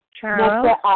Charles